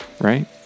Right